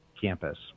campus